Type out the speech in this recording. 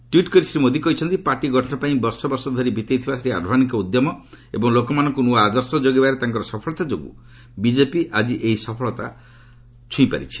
tweet କରି ଶ୍ରୀ ମୋଦି କହିଛନ୍ତି party ଗଠନ ପାଇଁ ବର୍ଷ ବର୍ଷ ଧରି ବିତେଇଥିବା ଶ୍ରୀ ଆଡ଼ଭାନୀଙ୍କ ଉଦ୍ୟମ ଏବଂ ଲୋକମାନଙ୍କୁ ନୂଆ ଆଦର୍ଶ ଯୋଗାଇବାରେ ତାଙ୍କର ସଫଳତା ଯୋଗୁଁ ବିଜେପି ଆଜି ଏହି ସଫଳତା ହାସଲ କରିଛି